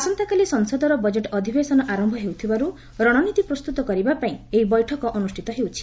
ଆସନ୍ତାକାଲି ସଂସଦର ବଜେଟ୍ ଅଧିବେଶନ ଆରମ୍ଭ ହେଉଥିବାର୍ତ ରଣନୀତି ପ୍ରସ୍ତୁତ କରିବାପାଇଁ ଏହି ବୈଠକ ଅନୁଷ୍ଠିତ ହେଉଛି